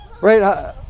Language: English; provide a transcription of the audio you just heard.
Right